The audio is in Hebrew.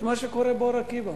את מה שקורה באור-עקיבא,